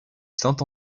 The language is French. saint